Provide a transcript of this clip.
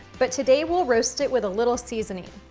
but, today, we'll roast it with a little seasoning.